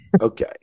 Okay